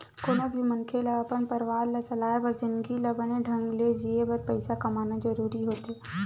कोनो भी मनखे ल अपन परवार ला चलाय बर जिनगी ल बने ढंग ले जीए बर पइसा कमाना जरूरी होथे